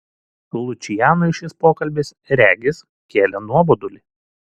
lučianui šis pokalbis regis kėlė nuobodulį